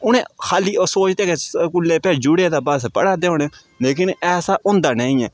उ'नें खाली ओह् सोचदे के स्कूलै भेजू उड़े तां बस पढ़ा दे होने न लेकिन ऐसा होंदा नेईं ऐ